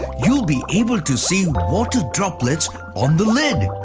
you'll be able to see water droplets on the lid.